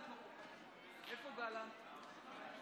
התשפ"א 2021,